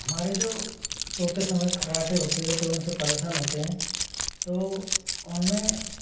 हमारे जो सोते समय खर्राटे होते हैं तो उनसे परेशान होते हैं तो उनमें